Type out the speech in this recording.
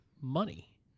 money